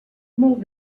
molt